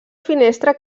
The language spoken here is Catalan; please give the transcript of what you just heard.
finestra